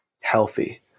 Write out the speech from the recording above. healthy